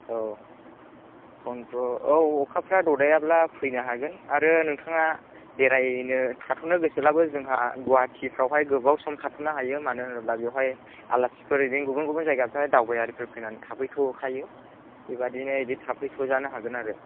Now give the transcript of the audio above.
औ पन्द्र' औ अखाफोरा ददायाब्ला फैनो हागोन आरो नोंथाङा बेरायनो थाथ'नो गोसोब्लाबो जोंहा गुवाहाटिफोरावहाय गोबाव सम थाथ'नो हायो मानो होनोब्ला बेवहाय आलासिफोर बिदिनो गुबुन गुबुन जायगानिफ्राय दावबायारिफोर फैनानै थाफैथ'खायो बेबायदिनो बिदि थाफैथ'जानो हागोन आरो